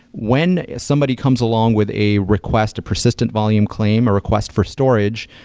when somebody comes along with a request to persistent volume claim, a request for storage,